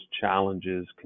challenges